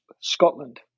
Scotland